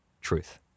truth